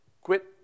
quit